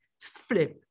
flip